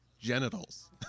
genitals